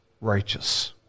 righteous